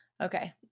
Okay